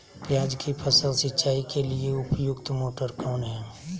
प्याज की फसल सिंचाई के लिए उपयुक्त मोटर कौन है?